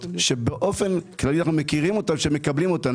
שבאופן כללי אנחנו מכירים אותן שמקבלים אותן.